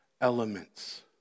elements